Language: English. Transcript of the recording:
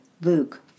Luke